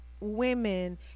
women